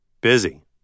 Busy